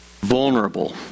vulnerable